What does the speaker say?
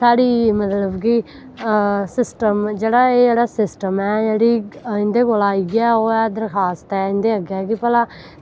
साढ़ी मतलब कि एह् जेह्ड़ा सिस्टम ते जेह्ड़ी इंदे कोला इयै दरखासत ऐ उंदे अग्गें कि भला